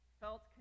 felt